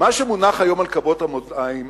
מה שמונח היום על כפות המאזניים